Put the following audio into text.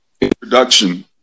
introduction